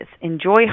enjoy